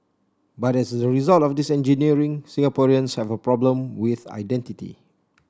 but as the result of this engineering Singaporeans have a problem with identity